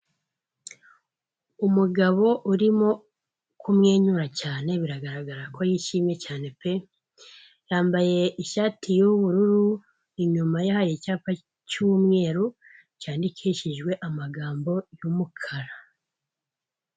Umugabo urimo kumwenyura cyane biragaragara ko yishimye cyane pe, yambaye ishati y'ubururu inyuma ye hari icyapa cy'umweru cyandikishijwe amagambo y'umukara.